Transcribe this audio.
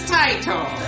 title